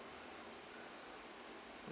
hmm